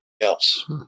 else